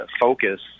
focus